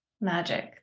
magic